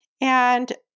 And-